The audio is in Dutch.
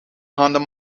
handen